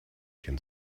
can